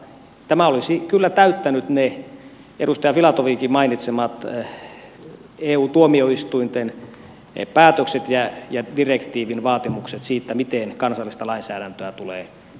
tämä olisi kyllä täyttänyt ne edustaja filatovinkin mainitsemat eu tuomioistuinten päätökset ja direktiivin vaatimukset siitä miten kansallista lainsäädäntöä tulee säätää